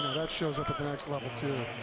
that shows up at the next level too.